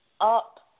up